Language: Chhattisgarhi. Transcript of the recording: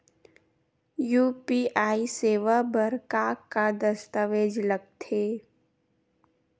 यू.पी.आई सेवा बर का का दस्तावेज लगथे?